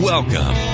Welcome